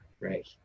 right